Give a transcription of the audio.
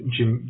Jim